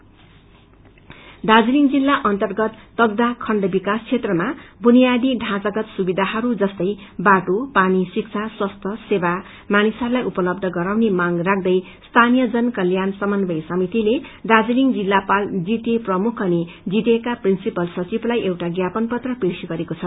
demand Darjeeling जिल्ल अर्न्तगत तगदाह खण्ड विकास क्षेत्रमा बुनियादी ढांचागत सुविधाहरू जस्तै बाटो पानी शिक्षा स्वास्थ्य सेवा मानिसहरूाई उपलब्ध गराउने मांग राख्दै स्थानिय जन कल्याण समन्वय समितिले दार्जीलिङ जिल्लापाल जीटीए प्रमुख अनि जीटीए का प्रिन्सीपल सचिवलाई एउटा ज्ञापन पत्र पेश गरेको छ